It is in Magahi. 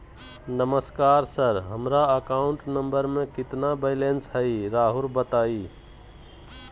नमस्कार सर हमरा अकाउंट नंबर में कितना बैलेंस हेई राहुर बताई?